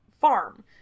Farm